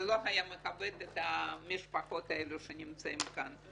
זה לא היה מכבד את המשפחות האלה שנמצאות כאן.